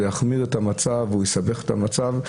זה יחמיר או יסבך את המצב,